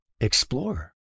explorer